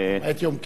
למעט יום כיפור.